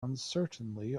uncertainly